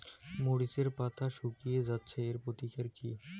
মরিচের পাতা শুকিয়ে যাচ্ছে এর প্রতিকার কি?